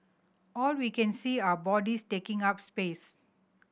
all we can see are bodies taking up space